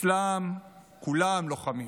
אצלם כולם לוחמים,